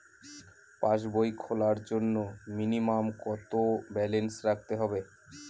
পাসবই খোলার জন্য মিনিমাম কত ব্যালেন্স রাখতে হবে?